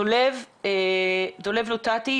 דולב לוטטי,